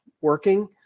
working